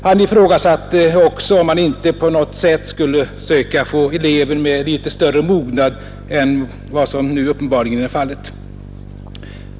Han ifrågasatte också om man inte på något sätt skulle försöka få elever med litet större mognad än de nuvarande uppenbarligen har.